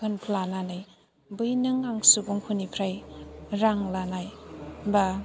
होनफ्लानानै बै नों आं सुुबुंफोरनिफ्राय रां लानाय बा